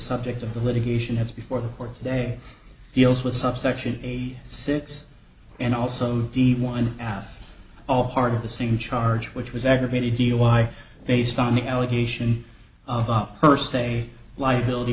subject of the litigation has before the court today deals with subsection a six and also d one after all part of the same charge which was aggravated you know why based on the allegation of up per se liability